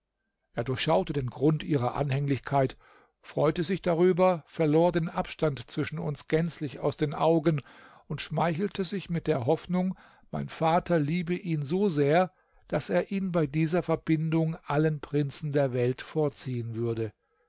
er durchschaute den grund ihrer anhänglichkeit freute sich darüber verlor den abstand zwischen uns gänzlich aus den augen und schmeichelte sich mit der hoffnung mein vater liebe ihn so sehr daß er ihn bei dieser verbindung allen prinzen der welt vorziehen würde